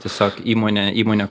tiesiog įmonė įmonė